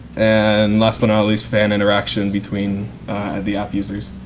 and last but not least fan interaction between the app users.